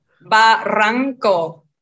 Barranco